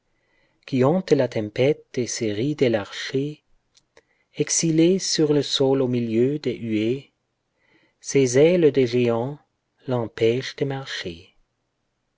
qui hante la tempête et se rit de l'archer exilé sur le sol au milieu des huées ses ailes de géant l'empêchent de marcher